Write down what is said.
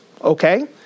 Okay